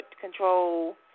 control